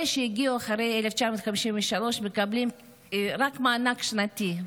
אלה שהגיעו אחרי 1953 מקבלים רק מענק שנתי,